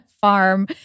farm